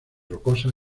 rocosas